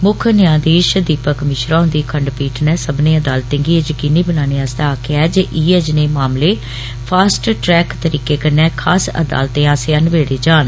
मुक्ख न्यांधीष दीपक मिश्रा हुन्दी खण्डपीठ नै सब्बनें अदालतें गी एह् यकीनी बनाने आस्तै आक्खेआ ऐ जे इयै जनेह मामले फास्ट ट्रेक तरीके कन्नै खास अदालते आस्सेआ नवेडे जाहन